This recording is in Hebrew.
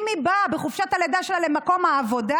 אם היא באה בחופשת הלידה שלה למקום העבודה,